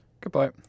Goodbye